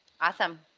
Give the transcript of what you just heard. Awesome